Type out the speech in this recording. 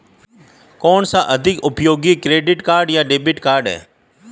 कौनसा अधिक उपयोगी क्रेडिट कार्ड या डेबिट कार्ड है?